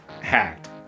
hacked